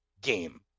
game